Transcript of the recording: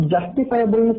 Justifiable